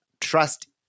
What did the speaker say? Trust